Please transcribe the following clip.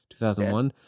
2001